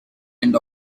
end